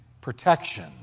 Protection